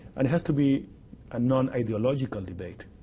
and has to be a non i'd yo logical debate.